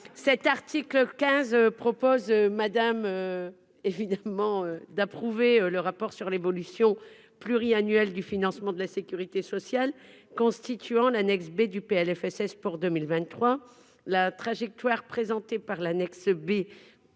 cet article 15 propose madame évidemment d'approuver le rapport sur l'évolution pluri-annuel du financement de la Sécurité sociale, constituant l'annexe B du Plfss pour 2023 la trajectoire présenté par l'annexe B